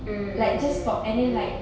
mm mm mm mm